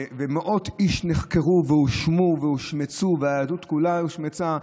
ומאות איש נחקרו והואשמו והושמצו והיהדות כולה הושמצה.